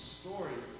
story